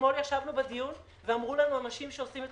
אתמול ישבנו בדיון ואמרו לנו אנשים שעושים את